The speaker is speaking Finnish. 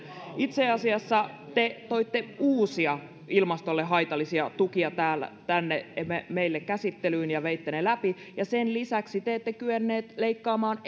itse asiassa te toitte uusia ilmastolle haitallisia tukia tänne meille käsittelyyn ja veitte ne läpi sen lisäksi te ette kyenneet leikkaamaan